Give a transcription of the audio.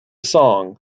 song